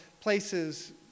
places